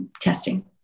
testing